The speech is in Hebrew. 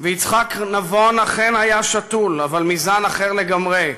ויצחק נבון אכן היה שתול, אבל מזן אחר לגמרי.